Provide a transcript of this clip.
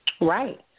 Right